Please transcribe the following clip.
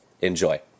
Enjoy